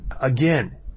Again